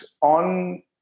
on